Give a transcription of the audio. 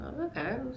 Okay